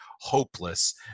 hopeless